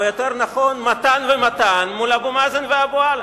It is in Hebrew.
או יותר נכון מתן ומתן מול אבו מאזן ומול אבו עלא,